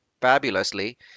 fabulously